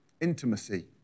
intimacy